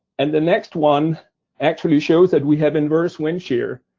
and the next one actually shows that we have inverse wind shear,